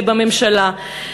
בממשלה.